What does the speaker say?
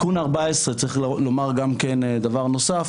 תיקון 14 צריך לומר גם כן דבר נוסף,